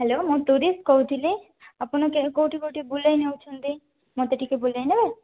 hello ମୁଁ tourist କହୁଥିଲି ଆପଣ କେଉଁଠି କେଉଁଠି ବୁଲାଇ ନେଉଛନ୍ତି ମୋତେ ଟିକେ ବୁଲାଇ ନେବେ